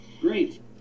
Great